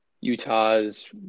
Utah's